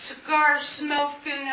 cigar-smoking